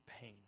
pain